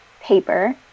paper